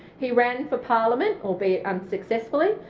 he ran for parliament, albeit unsuccessfully.